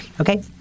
Okay